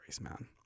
man